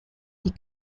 die